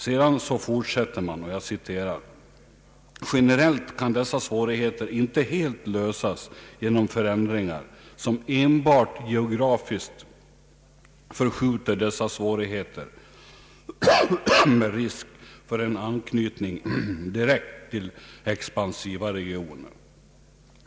Sedan fortsätter man: ”Generellt kan dessa svårigheter inte helt lösas genom förändringar som enbart geografiskt förskjuter dessa svårigheter med risk för en anknytning direkt till expansiva regioner.